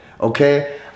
Okay